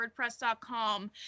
Wordpress.com